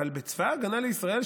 אבל בצבא ההגנה לישראל,